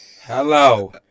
Hello